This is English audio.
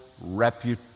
reputation